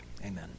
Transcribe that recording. Amen